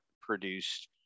produced